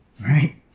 right